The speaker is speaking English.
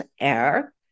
air